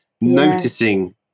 noticing